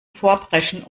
vorpreschen